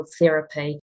therapy